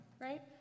right